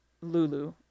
lulu